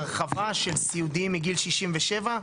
הרחבה של סיעודי מגיל 67,